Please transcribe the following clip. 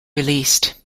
released